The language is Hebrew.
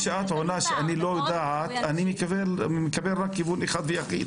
כשאת עונה "אני לא יודעת" אני מקבל רק כיוון אחד ויחיד